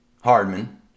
Hardman